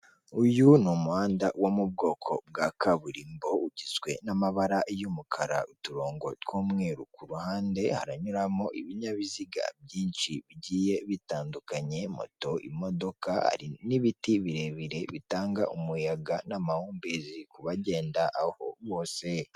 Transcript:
Uyu ni umuhanda wo mu bwoko bwa kaburimbo ugizwe n'amabara y'umukara, uturongo tw'umweru, ku ruhande haranyuramo ibinyabiziga byinshi bigiye bitandukanye, moto, imodoka, hari n'ibiti birebire bitanga umuyaga n'amahumbezi ku bagenda aho bose.